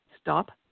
stop